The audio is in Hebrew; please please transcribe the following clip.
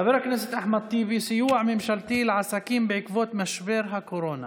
של חבר הכנסת אחמד טיבי: סיוע ממשלתי לעסקים בעקבות משבר הקורונה.